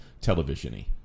television-y